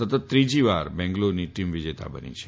સતત ત્રીજીવાર આ બેંગ્લોરની ટીમ વિજેતા બની છે